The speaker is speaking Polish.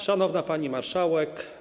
Szanowna Pani Marszałek!